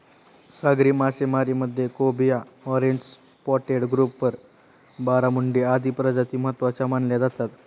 सागरी मासेमारीमध्ये cobia, orange spotted grouper, barramundi आदी प्रजाती महत्त्वाच्या मानल्या जातात